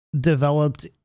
developed